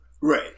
Right